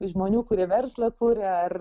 žmonių kurie verslą kuria ar